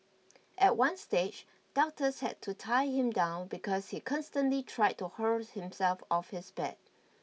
at one stage doctors had to tie him down because he constantly tried to hurl himself off his bed